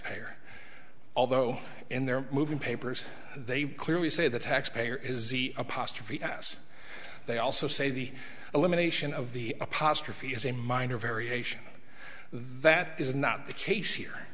payer although in their moving papers they clearly say the tax payer is the apostrophe s they also say the elimination of the apostrophe is a minor variation that is not the case here